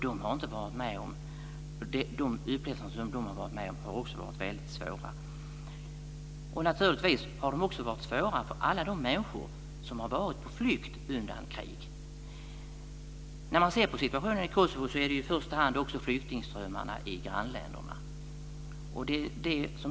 De har också varit med om väldigt svåra upplevelser. Alla de människor som har varit på flykt undan krig har också haft svåra upplevelser. Situationen i Kosovo gäller också flyktingströmmarna i grannländerna.